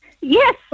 Yes